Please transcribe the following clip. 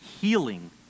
healing